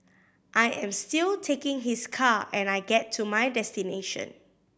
I am still taking his car and I get to my destination